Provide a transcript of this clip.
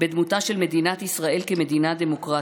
בדמותה של מדינת ישראל כמדינה דמוקרטית,